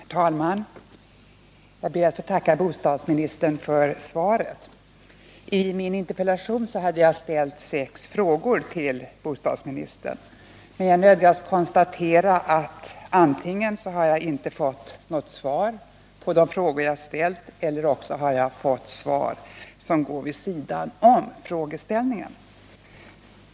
Herr talman! Jag ber att få tacka bostadsministern för svaret. I min interpellation hade jag ställt sex frågor till bostadsministern, men jag nödgas konstatera att jag antingen inte fått något svar på de frågor jag ställt eller fått svar som går vid sidan om frågeställningen.